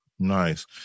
Nice